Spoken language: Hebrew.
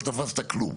לא תפסת כלום.